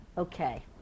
Okay